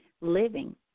Living